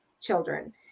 children